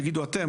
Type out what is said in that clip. תגידו אתם,